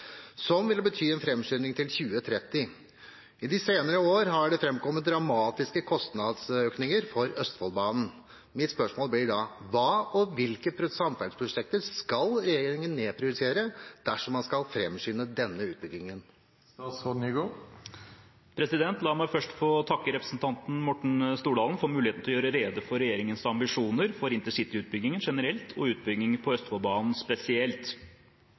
som vil bety en fremskynding til 2030. I de senere år har det fremkommet dramatiske kostnadsøkninger for Østfoldbanen. Hva og hvilke samferdselsprosjekter skal regjeringen nedprioritere dersom man nå skal fremskynde denne utbyggingen?» La meg først få takke representanten Morten Stordalen for muligheten til å gjøre rede for regjeringens ambisjoner for intercityutbyggingen generelt og utbyggingen på Østfoldbanen spesielt.